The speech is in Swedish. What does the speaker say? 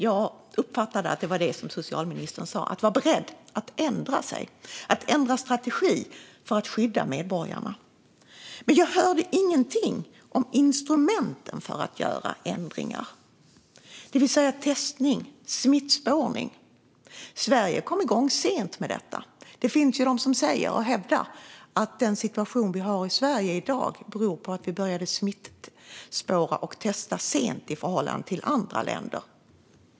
Jag uppfattade att det som socialministern sa var att man ska vara beredd att ändra sig - att ändra strategi - för att skydda medborgarna. Men jag hörde ingenting om instrumenten för att göra ändringar, det vill säga testning och smittspårning. Sverige kom igång sent med detta. Det finns de som hävdar att den situation som vi har i Sverige i dag beror på att vi började smittspåra och testa sent i förhållande till andra länder.